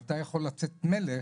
אתה יכול לצאת מלך,